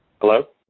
hello?